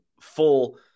full